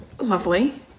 Lovely